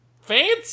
Fancy